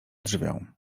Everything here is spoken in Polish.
drzwiom